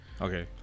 Okay